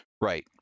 Right